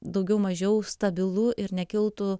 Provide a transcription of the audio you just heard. daugiau mažiau stabilu ir nekiltų